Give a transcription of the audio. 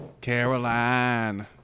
Caroline